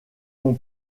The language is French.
ton